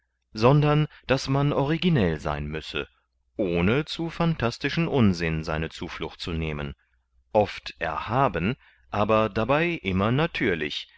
sondern daß man originell sein müsse ohne zu phantastischen unsinn seine zuflucht zu nehmen oft erhaben aber dabei immer natürlich